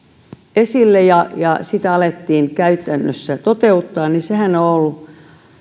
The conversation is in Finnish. esille ja ja jota alettiin käytännössä toteuttaa sehän on ollut